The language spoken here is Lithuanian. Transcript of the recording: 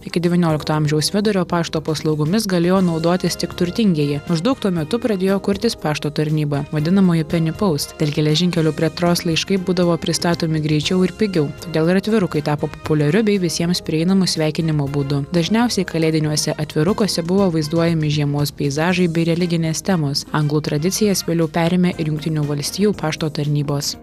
iki devyniolikto amžiaus vidurio pašto paslaugomis galėjo naudotis tik turtingieji maždaug tuo metu pradėjo kurtis pašto tarnyba vadinamoji penipaust dėl geležinkelių plėtros laiškai būdavo pristatomi greičiau ir pigiau todėl ir atvirukai tapo populiariu bei visiems prieinamu sveikinimo būdu dažniausiai kalėdiniuose atvirukuose buvo vaizduojami žiemos peizažai bei religinės temos anglų tradicijas vėliau perėmė ir jungtinių valstijų pašto tarnybos